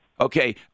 Okay